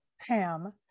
Pam